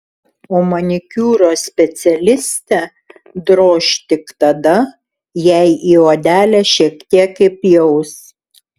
o manikiūro specialistę droš tik tada jei į odelę šiek tiek įpjaus